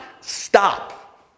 stop